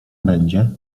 będzie